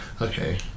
Okay